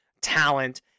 talent